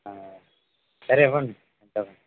సరే ఇవ్వండి